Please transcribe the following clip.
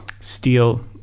steel